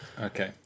Okay